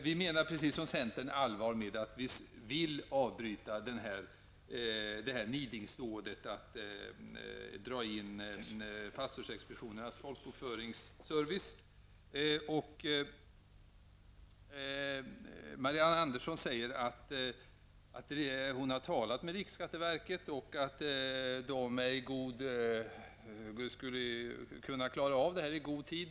Vi menar precis som centern allvar när vi säger att vi vill avbryta nidingsdådet att dra in pastorsexpeditionernas folkbokföringsservice. Marianne Andersson säger att hon har talat med riksskatteverket som uppenbarligen har sagt att man i god tid klarar av det som skall göras.